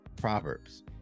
Proverbs